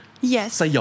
Yes